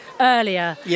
Earlier